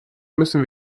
müssen